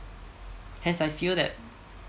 hence I feel that